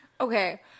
Okay